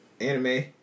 anime